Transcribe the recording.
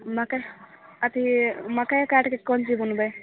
मकइ अथी मकइ काटि कऽ कोन चीज बुनबै